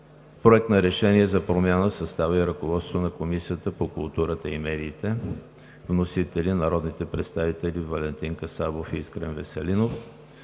Проект на решене за промяна в състава и ръководството на Комисията по културата и медиите. Вносители са народните представители Валентин Касабов и Искрен Веселинов.